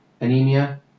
anemia